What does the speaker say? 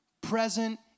present